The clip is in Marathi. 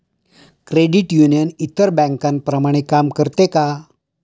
क्रेडिट युनियन इतर बँकांप्रमाणे काम करते का?